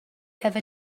ever